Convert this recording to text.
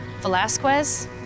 Velasquez